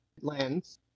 lens